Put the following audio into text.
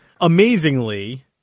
Amazingly